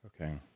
Okay